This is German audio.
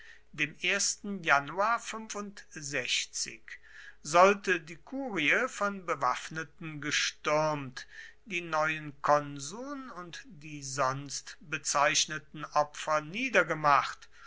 dem januar sollte die kurie von bewaffneten gestürmt die neuen konsuln und die sonst bezeichneten opfer niedergemacht